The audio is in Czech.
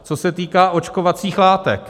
Co se týká očkovacích látek.